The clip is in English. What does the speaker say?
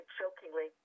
jokingly